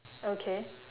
okay